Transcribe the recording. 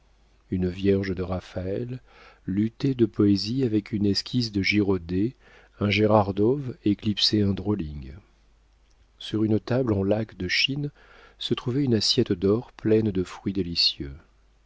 une vierge de raphaël luttait de poésie avec une esquisse de girodet un gérard dow éclipsait un drolling sur une table en laque de chine se trouvait une assiette d'or pleine de fruits délicieux